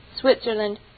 Switzerland